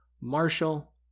Marshall